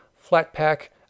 flat-pack